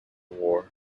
war